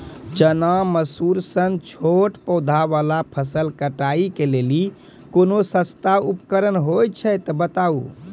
चना, मसूर सन छोट पौधा वाला फसल कटाई के लेल कूनू सस्ता उपकरण हे छै तऽ बताऊ?